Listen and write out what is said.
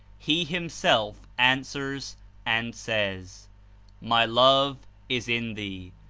he, himself, answers and says my love is in thee.